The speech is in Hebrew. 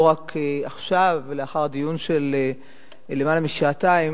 לא רק עכשיו, לאחר דיון של למעלה משעתיים,